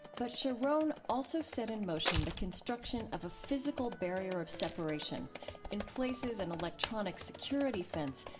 but sharon also set in motion the construction of a physical barrier of separation in places, an electronic security fence,